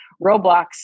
Roblox